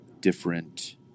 different